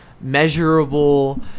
measurable